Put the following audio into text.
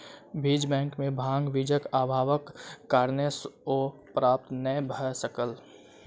बीज बैंक में भांग बीजक अभावक कारणेँ ओ प्राप्त नै भअ सकल